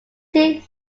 two